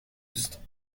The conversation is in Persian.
است